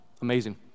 Amazing